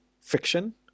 fiction